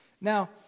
Now